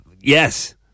Yes